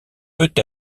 peut